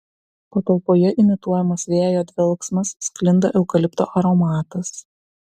patalpoje imituojamas vėjo dvelksmas sklinda eukalipto aromatas